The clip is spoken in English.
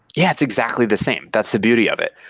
yeah, it's exactly the same. that's the beauty of it.